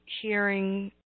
hearing